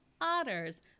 otters